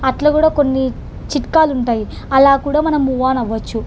అట్ల కూడా కొన్ని చిట్కాలుంటాయి అలా కూడా మనం మూవ్ ఆన్ అవ్వచ్చు